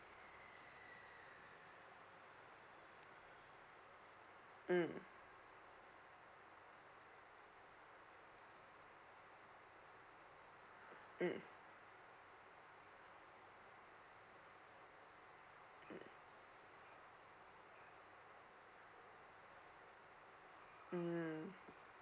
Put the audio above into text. mm mm mm mm